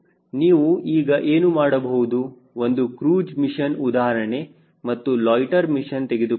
ನೀವು ಈಗ ಏನು ಮಾಡಬಹುದು ಒಂದು ಕ್ರೂಜ್ ಮಿಷನ್ ಉದಾಹರಣೆ ಮತ್ತು ಲೊಯ್ಟ್ಟೆರ್ ಮಿಷನ್ ತೆಗೆದುಕೊಂಡರೆ